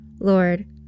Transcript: Lord